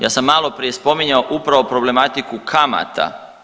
Ja sam malo prije spominjao upravo problematiku kamata.